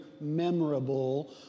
memorable